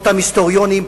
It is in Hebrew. אותם היסטוריונים,